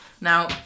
Now